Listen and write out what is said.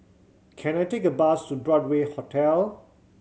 can I take a bus to Broadway Hotel